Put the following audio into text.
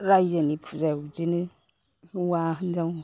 राइजोनि फुजायाव बिदिनो हौवा हिनजाव